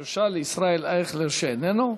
ישר לישראל אייכלר, שאינו נוכח,